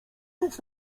nic